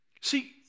See